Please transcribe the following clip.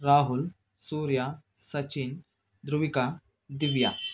Rahul Surya Sachin Dhruvika Divya